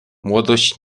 młodość